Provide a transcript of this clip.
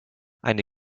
eine